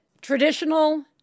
Traditional